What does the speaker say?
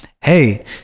hey